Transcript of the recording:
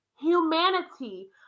humanity